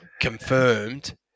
confirmed